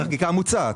החקיקה מוצעת.